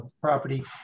property